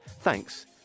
thanks